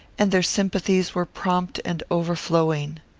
and their sympathies were prompt and overflowing.